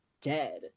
dead